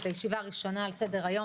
את הישיבה הראשונה על סדר היום,